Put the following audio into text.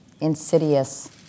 insidious